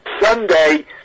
sunday